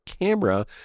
camera